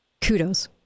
kudos